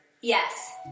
Yes